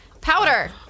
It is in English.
Powder